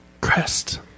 Crest